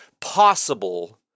possible